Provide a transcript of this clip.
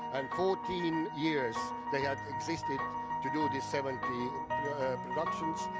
um fourteen years, they had existed to do the seventy productions,